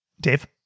Dave